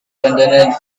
contained